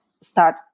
start